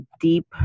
deep